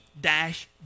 Dash